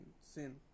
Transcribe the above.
sin